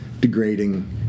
degrading